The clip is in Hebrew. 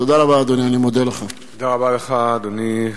תודה רבה, אדוני.